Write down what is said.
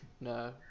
No